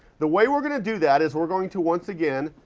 the way we're going to do that is we're going to, once again,